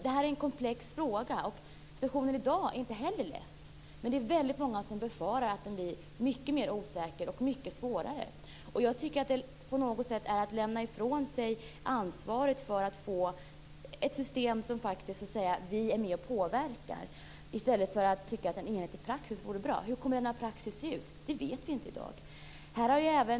Det här är en komplex fråga, och situationen i dag är inte heller lätt. Väldigt många befarar att situationen kommer att bli mycket mer osäker och mycket svårare. Att tycka att en enhetlig praxis vore bra tycker jag på något sätt är att lämna ifrån sig ansvaret för att få ett system som vi är med och påverkar. Hur kommer denna praxis att se ut? Det vet vi inte i dag.